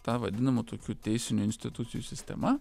ta vadinama tokių teisinių institucijų sistema